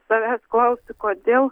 savęs klausi kodėl